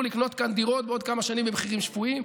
לקנות כאן דירות בעוד כמה שנים במחירים שפויים,